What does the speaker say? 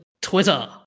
Twitter